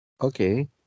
okay